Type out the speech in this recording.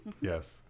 Yes